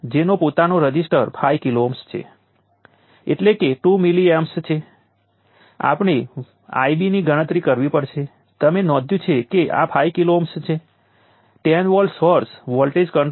તેથી આપણે આ ઇન્ટિગ્રલ 0 થી t1 સુધી વહન કરવું પડશે આ 0 થી t 1 CVdVdtસિવાય બીજું કંઈ નથી